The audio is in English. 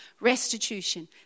restitution